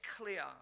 clear